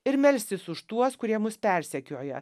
ir melstis už tuos kurie mus persekioja